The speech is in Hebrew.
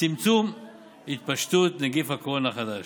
צמצום התפשטות נגיף הקורונה החדש),